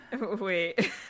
Wait